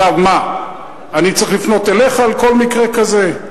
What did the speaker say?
מה, אני צריך לפנות אליך על כל מקרה כזה?